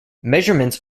measurements